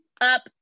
up